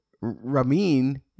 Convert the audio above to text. Ramin